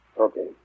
Okay